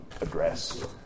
address